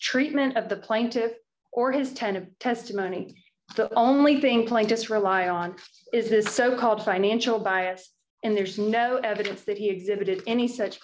treatment of the plaintiffs or his tens of testimony the only thing playing just rely on is his so called financial biased and there's no evidence that he exhibited any such